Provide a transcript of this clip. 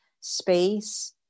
space